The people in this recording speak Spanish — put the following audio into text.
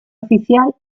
oficial